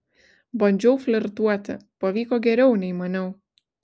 bandžiau flirtuoti pavyko geriau nei maniau